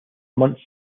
months